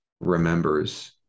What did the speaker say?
remembers